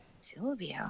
Silvio